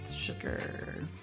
Sugar